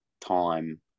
time